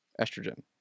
estrogen